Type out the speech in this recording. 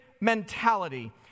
mentality